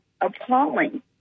appalling